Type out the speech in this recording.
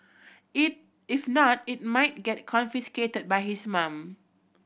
if not it might get confiscated by his mum